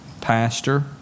pastor